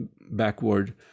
backward